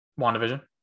WandaVision